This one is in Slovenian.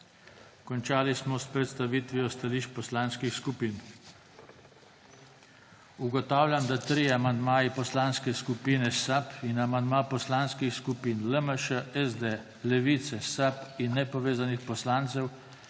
Končali smo s predstavitvijo stališč poslanskih skupin. Ugotavljam, da trije amandmaji Poslanske skupine SAB in amandma poslanskih skupin LMŠ, SD, Levice, SAB in nepovezanih poslancev